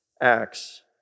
Acts